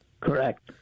Correct